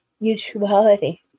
mutuality